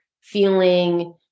feeling